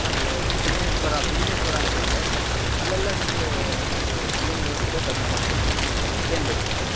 ಆಮೇಲೆ ಭೀಮೇಶ್ವರ ಭೀಮೇಶ್ವರ ಅಂತ ಇದೆ ಅಲ್ಲೆಲ್ಲ ನಿಮ್ಗೆ ನಿಮಗೆ ಏನು ವ್ಯವಸ್ಥೆ ಬೇಕು ಅದು ನಾನು ಮಾಡಿಕೊಡ್ತೀನಿ ಏನು ಬೇಕು ಹೇಳಿ